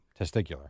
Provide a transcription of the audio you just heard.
Testicular